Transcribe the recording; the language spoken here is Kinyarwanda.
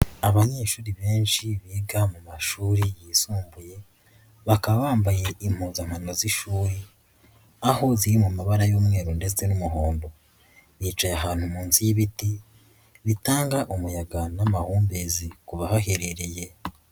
Abanyeshuri benshi biga mu mashuri yisumbuye, bakaba bambaye impuzankano z'ishuri, aho ziri mu mabara y'umweru ndetse n'umuhondo, bicaye ahantu munsi y'ibiti bitanga umuyaga n'amahumbezi ku bahaherereye.